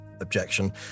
objection